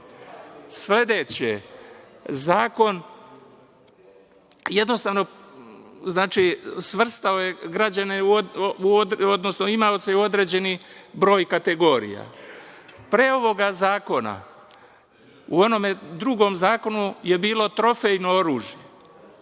zakon je jednostavno svrstao građane, odnosno imaoce u određeni broj kategorija. Pre ovog zakona, u onom drugom zakonu je bilo trofejno oružje,